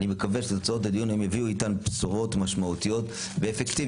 אני מקווה שתוצאות הדיון היום יביאו איתן בשורות משמעותיות ואפקטיביות.